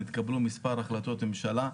נתקבלו מספר החלטות ממשלה,